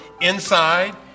inside